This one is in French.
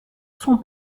son